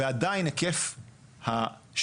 ועדיין, היקף השוק